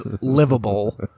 livable